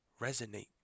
resonate